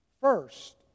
first